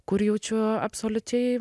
kur jaučiu absoliučiai